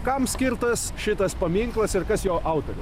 kam skirtas šitas paminklas ir kas jo autorius